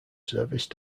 service